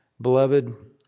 beloved